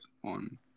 One